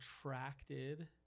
attracted